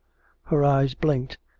her eyes blinked,